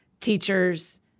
Teachers